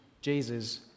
Jesus